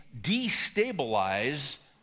destabilize